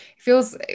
feels